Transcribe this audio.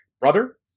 brother